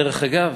דרך אגב,